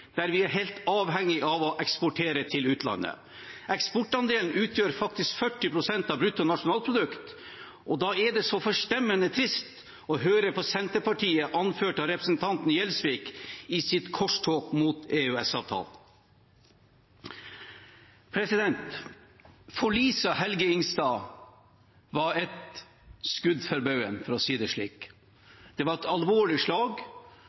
der vi er helt avhengige av å eksportere til utlandet. Eksportandelen utgjør faktisk 40 pst. av bruttonasjonalprodukt, og da er det så forstemmende trist å høre på Senterpartiet, anført av representanten Gjelsvik, i sitt korstog mot EØS-avtalen. Forliset av «Helge Ingstad» var et skudd for baugen, for å si det slik. Det var et alvorlig slag.